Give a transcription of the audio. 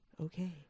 okay